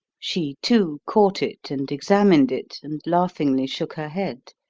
she, too, caught it and examined it, and laughingly shook her head.